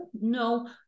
no